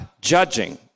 judging